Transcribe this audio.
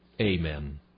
Amen